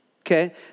okay